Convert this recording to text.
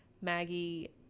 Maggie